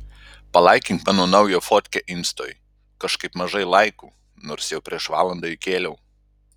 palaikink mano naują fotkę instoj kažkaip mažai laikų nors jau prieš valandą įkėliau